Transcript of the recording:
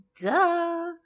Duh